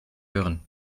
hören